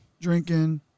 drinking